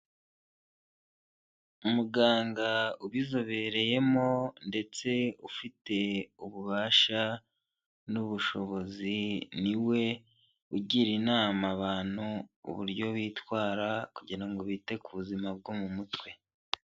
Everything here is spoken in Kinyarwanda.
Muganga ubizobereyemo ndetse ufite ububasha n'ubushobozi ni we ugira inama abantu uburyo bitwara kugira ngo bite ku buzima bwo mu mutwe.